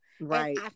Right